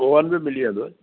oven बि मिली वेंदव